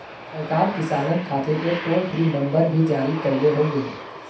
सरकार किसानन खातिर एक टोल फ्री नंबर भी जारी कईले हउवे